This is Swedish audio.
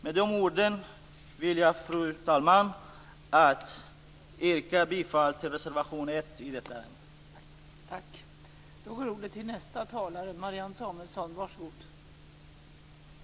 Med dessa ord vill jag, fru talman, yrka bifall till reservation 1 i detta ärende.